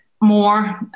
more